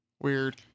Weird